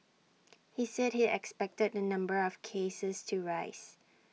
he said he expected the number of cases to rise